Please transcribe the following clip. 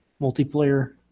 multiplayer